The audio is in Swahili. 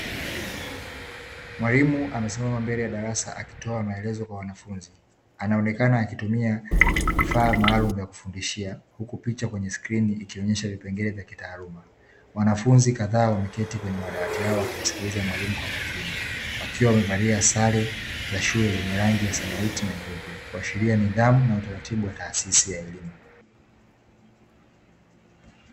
Mwalimu amesimama mbele ya darasa akitoa maelezo kwa wanafunzi. Anaonekana akitumia vifaa maalumu ya kufundishia, huku picha kwenye skrini ikionyesha vipengele vya kitaaluma. Wanafunzi kadhaa wameketi kwenye madawati yao wakimsikiliza mwalimu kwa makini, wakiwa wamevalia sare za shule zenye rangi ya samawati na nyeupe, kuashiria nidhamu na utaratibu wa taasisi ya elimu.